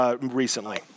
recently